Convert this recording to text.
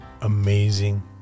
amazing